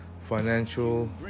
financial